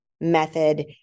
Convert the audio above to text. Method